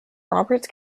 roberts